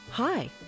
Hi